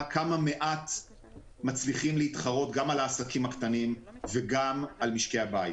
כמה מעט מצליחים להתחרות גם על העסקים הקטנים וגם על משקי הבית,